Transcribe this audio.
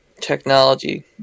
technology